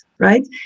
right